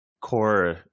core